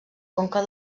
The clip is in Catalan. conca